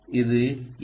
இது எல்